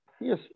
yes